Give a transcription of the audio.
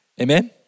Amen